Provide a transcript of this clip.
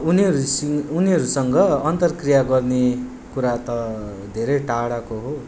उनीहरूसँग उनीहरूसँग अन्तर्क्रिया गर्ने कुरा त धेरै टाडाको हो